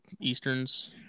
Easterns